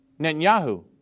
Netanyahu